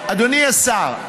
אדוני השר,